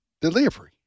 delivery